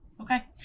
Okay